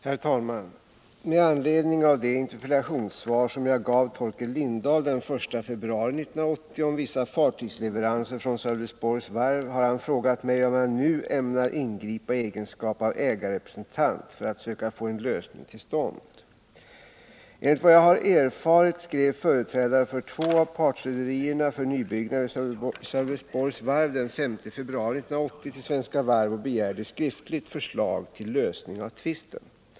Herr talman! Med anledning av det interpellationssvar som jag gav Torkel Lindahl den 1 februari 1980 om vissa fartygsleveranser från Sölvesborgs Varv har han frågat mig om jag nu ämnar ingripa i egenskap av ägarrepresentant för att söka få en lösning till stånd. Enligt vad jag har erfarit skrev företrädare för två av partrederierna för nybyggena vid Sölvesborgs Varv den 5 februari 1980 till Svenska Varv och begärde skriftligt förslag till lösning av tvisten.